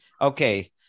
okay